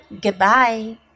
goodbye